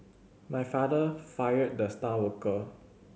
my father fired the star worker